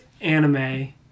anime